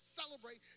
celebrate